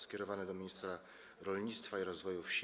Skierowane jest do ministra rolnictwa i rozwoju wsi.